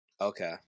Okay